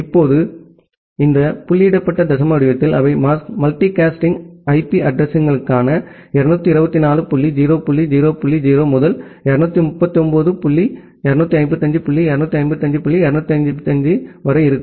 இப்போது இந்த புள்ளியிடப்பட்ட தசம வடிவத்தில் அவை மல்டிகாஸ்ட் ஐபி அட்ரஸிங்கள் 224 டாட் 0 டாட் 0 டாட் 0 முதல் 239 டாட் 255 டாட் 255 டாட் 255 வரை இருக்கும்